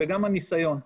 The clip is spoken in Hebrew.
וגם הניסיון.